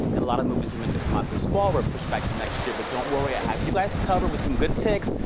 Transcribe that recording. and a lot of movies were meant to come out this fall were pushed back to next year, but don't worry, i have you guys covered with some good picks.